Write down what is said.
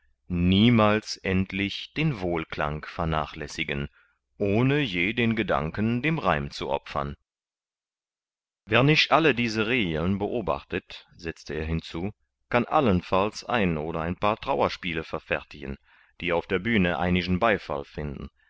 niemals endlich den wohlklang vernachlässigen ohne je den gedanken dem reim zu opfern wer nicht alle diese regeln beobachtet setzte er hinzu kann allenfalls ein oder ein paar trauerspiele verfertigen die auf der bühne einigen beifall finden